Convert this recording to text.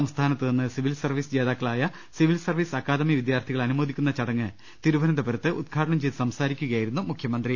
സംസ്ഥാനത്തുനിന്ന് civil service ജേതാക്കളായ civil service academy വിദ്യാർത്ഥികളെ അനു മോദിക്കുന്ന ചടങ്ങ് തിരുവനന്തപുരത്ത് ഉദ്ഘാടനം ചെയ്ത് സംസാ രിക്കുകയായിരുന്നു മുഖ്യമന്ത്രി